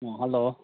ꯑꯥ hello